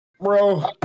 bro